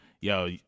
yo